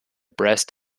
breast